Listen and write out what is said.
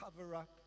cover-up